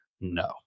No